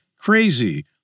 crazy—